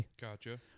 Gotcha